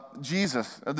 Jesus